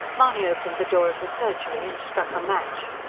mahony opened the door of the surgery and struck a match.